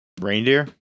Reindeer